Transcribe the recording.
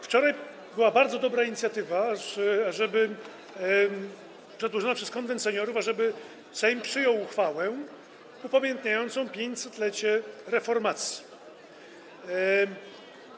Wczoraj była bardzo dobra inicjatywa, przedłożona przez Konwent Seniorów, ażeby Sejm przyjął uchwałę upamiętniającą 500-lecie reformacji.